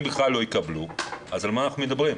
בכלל לא יקבלו - על מה אנחנו מדברים?